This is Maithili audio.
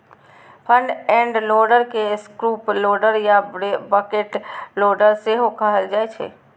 फ्रंट एंड लोडर के स्कूप लोडर या बकेट लोडर सेहो कहल जाइ छै